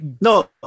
No